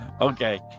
Okay